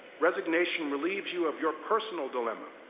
resignation relieves you of your personal dilemma,